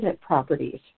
properties